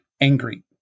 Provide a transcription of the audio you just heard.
angry